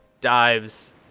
dives